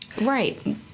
Right